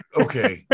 Okay